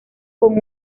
con